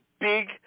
big